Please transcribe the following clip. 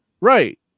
right